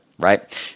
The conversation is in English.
right